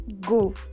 Go